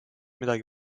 midagi